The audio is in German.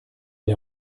der